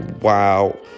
wow